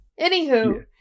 Anywho